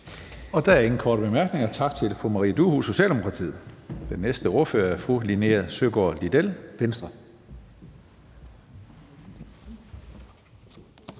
Der er ingen korte bemærkninger. Tak til fru Maria Durhuus, Socialdemokratiet. Den næste ordfører er fru Linea Søgaard-Lidell, Venstre.